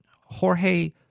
Jorge